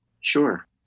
Sure